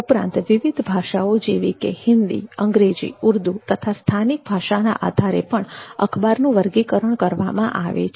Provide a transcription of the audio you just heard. ઉપરાંત વિવિધ ભાષાઓ જેવી કે હિન્દી અંગ્રેજી ઉર્દૂ તથા સ્થાનિક ભાષાના આધારે પણ અખબારનું વર્ગીકરણ કરવામાં આવે છે